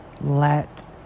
let